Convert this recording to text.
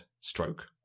stroke